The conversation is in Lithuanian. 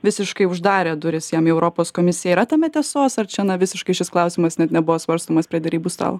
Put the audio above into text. visiškai uždarė duris jam į europos komisiją yra tame tiesos ar čia na visiškai šis klausimas net nebuvo svarstomas prie derybų stalo